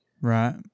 Right